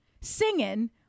singing